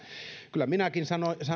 kyllä minäkin